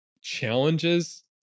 challenges